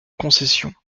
concession